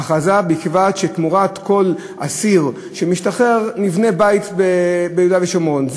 ההכרזה קובעת שתמורת כל אסיר שמשתחרר נבנה בית ביהודה ושומרון.